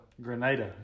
Grenada